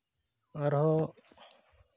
ᱟᱨᱦᱚᱸ